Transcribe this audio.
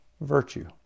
virtue